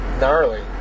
gnarly